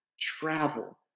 travel